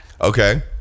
Okay